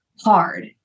hard